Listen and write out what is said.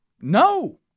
No